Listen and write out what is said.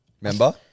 Remember